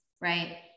right